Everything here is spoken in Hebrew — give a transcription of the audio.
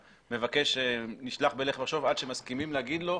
והמבקש נשלח בלך ושוב עד שמסכימים לומר לו,